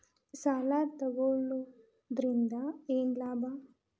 ಸಾಲ ತಗೊಳ್ಳುವುದರಿಂದ ಏನ್ ಲಾಭ?